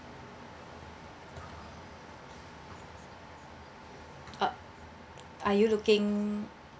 uh are you looking